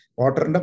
water